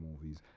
movies